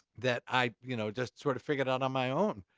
that i you know just sort of figured out on my own.